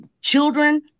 Children